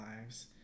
lives